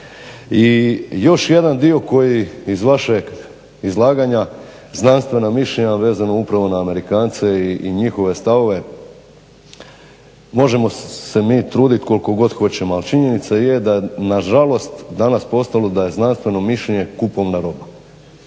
I još jedan dio koji iz vašeg izlaganja, znanstvena mišljenja vezano upravo na Amerikance i njihove stavove. Možemo se mi truditi koliko god hoćemo ali činjenica je da na žalost danas postalo da je znanstveno mišljenje kupovna roba